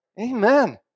Amen